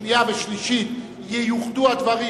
בקריאה שנייה ובקריאה שלישית ייוחדו הדברים